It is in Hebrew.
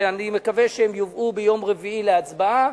ואני מקווה שהן יובאו ביום רביעי להצבעה.